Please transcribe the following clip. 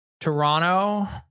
Toronto